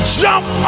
jump